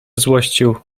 złościł